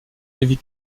lévy